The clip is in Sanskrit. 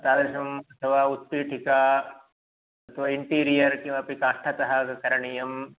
तादृशम् अथवा उत्पीठिका अथवा इण्टीरियर् किमपि काष्ठतः करणीयम्